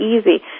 easy